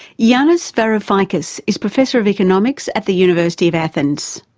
yanis varoufakis is professor of economics at the university of athens.